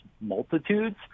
multitudes